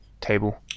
table